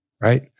right